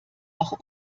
auch